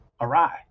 awry